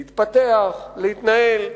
להתפתח, להתנהל.